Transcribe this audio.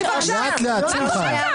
(רע"מ, הרשימה הערבית המאוחדת): לאט-לאט, שמחה.